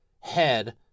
head